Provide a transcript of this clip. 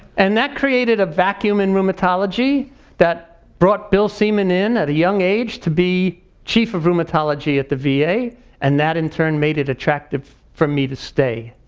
and that created a vacuum in rheumatology that brought bill semen in at a young age to be chief of rheumatology at the va and that in turn made it attractive for me to stay.